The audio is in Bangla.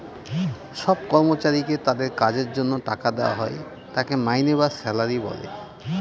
সব কর্মচারীকে তাদের কাজের যে টাকা দেওয়া হয় তাকে মাইনে বা স্যালারি বলে